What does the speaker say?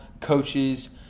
coaches